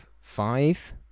five